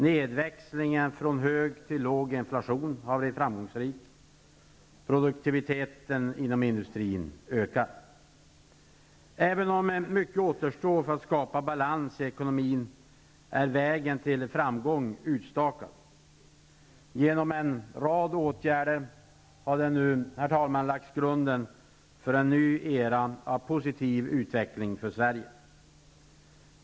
Nedväxlingen från hög till låg inflation har varit framgångsrik. Produktiviteten inom industrin ökar. Även om mycket arbete återstår för att skapa balans i ekonomin är vägen till framgång utstakad. Genom en rad åtgärder har det nu lagts en grund för en ny era av positiv utveckling för Sverige.